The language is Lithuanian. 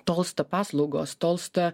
tolsta paslaugos tolsta